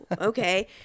okay